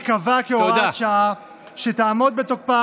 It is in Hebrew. הסדר זה ייקבע כהוראת שעה שתעמוד בתוקפה